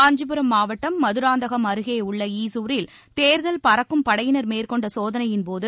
காஞ்சிபுரம் மாவட்டம் மதராந்தகம் அருகேயுள்ள ஈசூரில் தேர்தல் பறக்கும் படையினர் மேற்கொண்ட சோதனையின்டோது